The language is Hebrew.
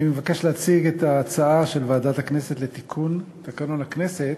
אני מבקש להציג את ההצעה של ועדת הכנסת לתיקון תקנון הכנסת,